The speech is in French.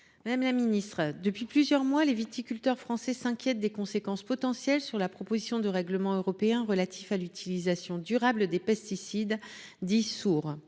alimentaire. Depuis plusieurs mois, les viticulteurs français s’inquiètent des conséquences potentielles de la proposition de règlement européen relatif à l’utilisation durable des pesticides, dit